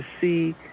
see